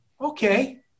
okay